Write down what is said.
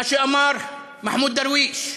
מה שאמר מחמוד דרוויש: